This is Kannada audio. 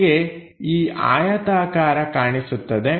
ನಮಗೆ ಈ ಆಯತಾಕಾರ ಕಾಣಿಸುತ್ತದೆ